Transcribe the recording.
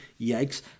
Yikes